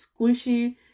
squishy